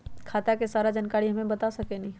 खाता के सारा जानकारी हमे बता सकेनी?